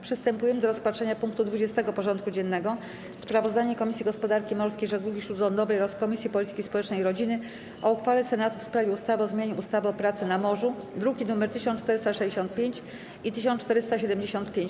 Przystępujemy do rozpatrzenia punktu 20. porządku dziennego: Sprawozdanie Komisji Gospodarki Morskiej i Żeglugi Śródlądowej oraz Komisji Polityki Społecznej i Rodziny o uchwale Senatu w sprawie ustawy o zmianie ustawy o pracy na morzu (druki nr 1465 i 1475)